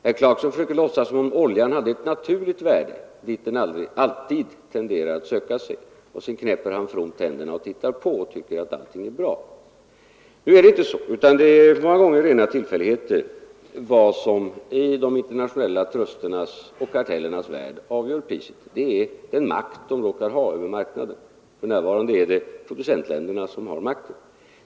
Herr Clarkson försöker låtsas som om oljan hade ett naturligt värde dit priset alltid tenderar att söka sig, och sedan knäpper han fromt händerna och tittar på och tycker att allt är bra. Nu är det inte så, utan det är många gånger rena tillfälligheter som bestämmer. Vad som i de internationella trusternas och kartellernas värld avgör priset är den makt de råkar ha över marknaden. För närvarande är det producentländerna som har makten.